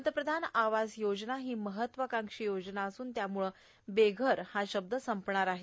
पंतप्रधान आवास योजना ही महत्वाकांक्षी योजना असून यामुळे बेघर हा शब्द संपणाऱ आहे